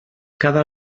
cada